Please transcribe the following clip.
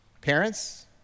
Parents